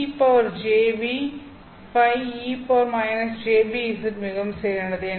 ejν φ e jβz மிகவும் சரியானது